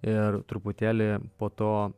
ir truputėlį po to